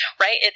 right